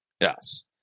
Yes